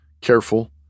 careful